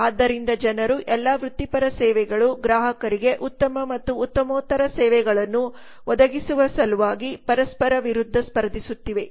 ಆದ್ದರಿಂದ ಜನರು ಎಲ್ಲಾ ವೃತ್ತಿಪರ ಸೇವೆಗಳುಗ್ರಾಹಕರಿಗೆ ಉತ್ತಮ ಮತ್ತು ಉತ್ತಮೋತ್ತರ ಸೇವೆಗಳನ್ನು ಒದಗಿಸುವ ಸಲುವಾಗಿಪರಸ್ಪರರವಿರುದ್ಧ ಸ್ಪರ್ಧಿಸುತ್ತಿವೆ